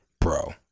Bro